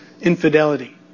infidelity